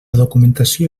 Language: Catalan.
documentació